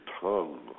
tongue